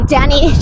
Danny